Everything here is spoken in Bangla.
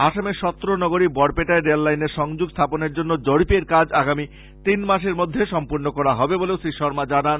আসামের সত্র নগরি বরপেটায় রেল লাইনের সংযোগ স্থাপনের জন্য জরিপের কাজ আগামী তিনমাসের মধ্যে সম্পূর্ণ করা হবে বলে শ্রী শর্মা জানান